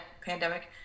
pandemic